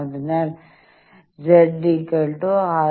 അതിനാൽ Z R jx̄ 0